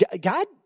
God